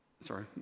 sorry